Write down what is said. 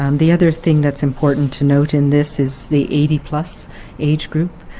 um the other thing that's important to note in this is the eighty plus age group.